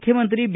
ಮುಖ್ಡಮಂತ್ರಿ ಬಿ